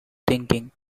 thinking